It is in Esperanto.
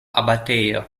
abatejo